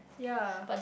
ya